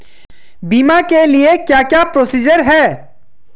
बीमा के लिए क्या क्या प्रोसीजर है?